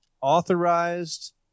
authorized